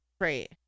right